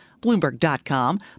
Bloomberg.com